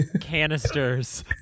canisters